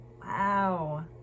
Wow